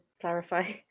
clarify